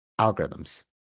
algorithms